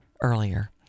earlier